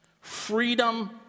freedom